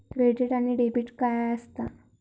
Credit आणि debit काय असता?